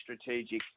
strategic